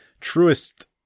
truest